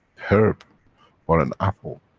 herb or an apple,